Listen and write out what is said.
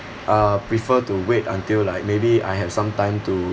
uh prefer to wait until like maybe I have some time to